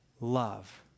love